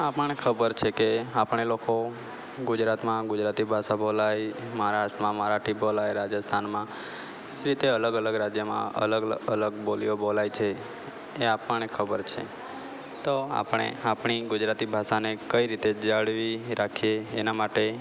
આપણને ખબર છે કે આપણે લોકો ગુજરાતમાં ગુજરાતી ભાષા બોલાય મહારાષ્ટ્રમાં મરાઠી ભાષા બોલાય રાજસ્થાનમાં રીતે અલગ અલગ રાજ્યમાં અલગ અલગ બોલીઓ બોલાય છે એ આપણે ખબર છે તો આપણે આપણી ગુજરાતી ભાષાને કઈ રીતે જાળવી રાખીએ એના માટે